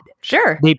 Sure